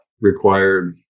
required